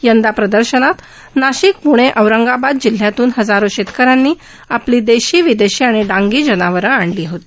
यंदा प्रदर्शनात नाशिक प्णे औरंगाबाद जिल्ह्यातून हजारो शेतक यांनी आपली देशी विदेशी आणि डांगी जनावर आणली होती